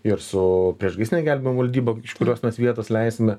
ir su priešgaisrine gelbėjimo valdyba iš kurios mes vietos leisime